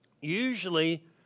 Usually